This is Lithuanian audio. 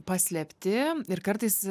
paslėpti ir kartais